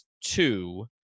two